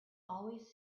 always